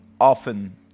often